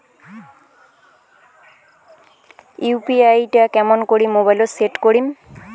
UPI টা কেমন করি মোবাইলত সেট করিম?